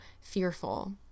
fearful